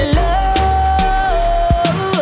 love